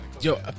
Yo